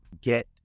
get